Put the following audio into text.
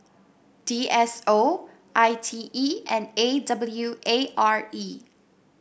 D S O I T E and A W A R E